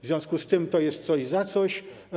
W związku z tym to jest coś za coś.